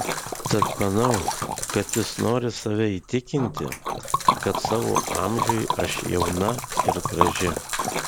tad manau kad jis nori save įtikinti kad savo amžiui aš jauna ir graži